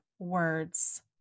words